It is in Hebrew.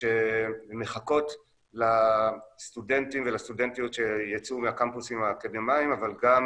שמחכות לסטודנטים ולסטודנטיות שיצאו מהקמפוסים האקדמאיים אבל גם